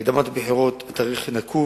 הקדמת הבחירות בתאריך נקוב,